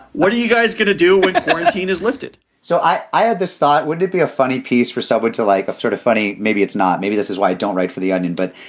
what are you guys going to do with tina is lifted so i i had this thought, wouldn't it be a funny piece for subway to like a sort of funny. maybe it's not. maybe this is why i don't write for the onion. but,